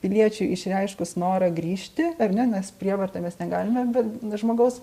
piliečiui išreiškus norą grįžti ar ne nes prievarta mes negalime be žmogaus